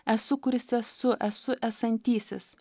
esu kuris esu esu esantysis